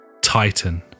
Titan